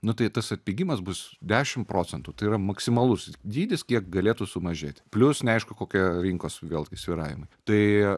nu tai tas atpigimas bus dešim procentų tai yra maksimalus dydis kiek galėtų sumažėti plius neaišku kokia rinkos vėlgi svyravimai tai